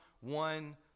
one